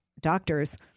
doctors